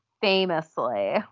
famously